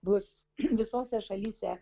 bus visose šalyse